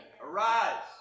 Arise